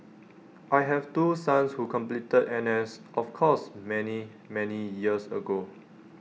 I have two sons who completed N S of course many many years ago